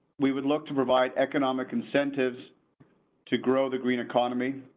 we would look to provide economic incentives to grow the green economy.